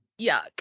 Yuck